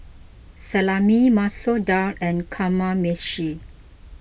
Salami Masoor Dal and Kamameshi